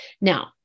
Now